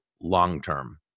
long-term